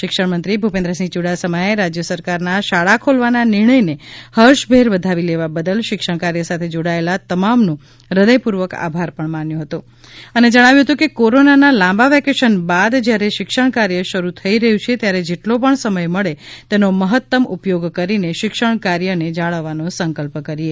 શિક્ષણમંત્રી ભૂપેન્ન સિંહ યૂડાસમાએ રાજ્ય સરકારના શાળા ખોલવાના નિર્ણયને હર્ષભેર વધાવી લેવા બદલ શિક્ષણ કાર્ય સાથે જોડાયેલ તમામનો હૃદયપૂર્વક આભાર પણ માન્યો છે અને જણાવ્યું કે કોરોનાના લાંબા વેકેશન બાદ જ્યારે શિક્ષણ કાર્ય શરૂ થઈ રહ્યું છે ત્યારે જેટલો પણ સમય મળે તેનો મહત્તમ ઉપયોગ કરીને શિક્ષણકાર્યને જાળવવાનો સંકલ્પ કરીએ